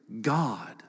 God